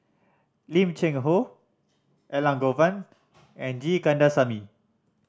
Lim Cheng Hoe Elangovan and G Kandasamy